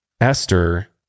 Esther